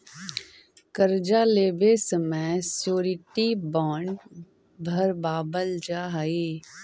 कर्जा लेवे समय श्योरिटी बॉण्ड भरवावल जा हई